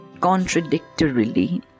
Contradictorily